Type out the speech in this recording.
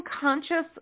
conscious